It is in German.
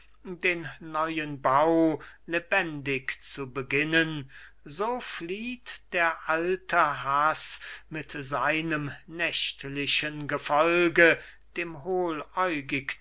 den neuen bau lebendig zu beginnen so flieht der alte haß mit seinem nächtlichen gefolge dem